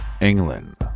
England